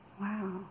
wow